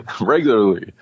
regularly